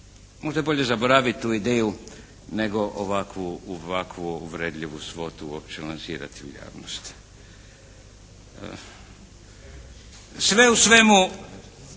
Možda je bolje zaboraviti tu ideju nego ovakvu uvredljivu uopće lansirati u javnost. Sve u svemu